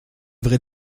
vrai